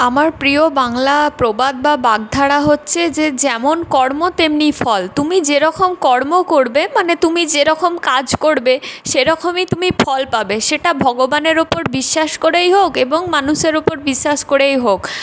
আমার প্রিয় বাংলা প্রবাদ বা বাগধারা হচ্ছে যে যেমন কর্ম তেমনি ফল তুমি যেরকম কর্ম করবে মানে তুমি যেরকম কাজ করবে সেরকমই তুমি ফল পাবে সেটা ভগবানের ওপর বিশ্বাস করেই হোক এবং মানুষের ওপর বিশ্বাস করেই হোক